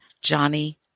Johnny